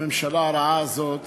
הממשלה הרעה הזאת